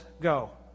Go